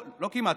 לא כמעט,